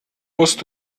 musst